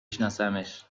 شناسمش